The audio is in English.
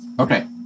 Okay